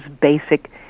basic